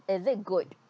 is it good